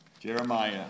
Jeremiah